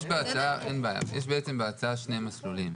יש בעצם בהצעה שני מסלולים.